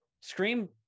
scream